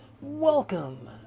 Welcome